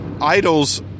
idols